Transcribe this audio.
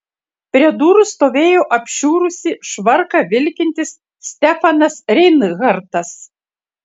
prie durų stovėjo apšiurusį švarką vilkintis stefanas reinhartas